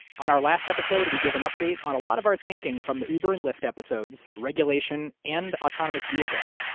on our last episode, we gave an update on a lot of our thinking from the uber and lyft episodes, regulation, and autonomous vehicles.